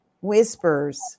whispers